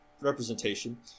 representation